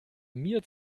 mir